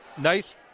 nice